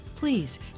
please